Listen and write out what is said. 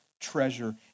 treasure